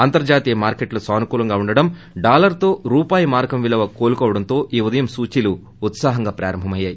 అంతర్జాతీయ మార్కెట్లు సానుకూలంగా ఉండటం డాలర్తో రూపాయి మారకం విలువ కోలుకోవడంతో ఈ ఉదయం సూచీలు ఉత్సాహంగా ప్రారంభమయ్యాయి